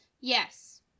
Yes